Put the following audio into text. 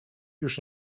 już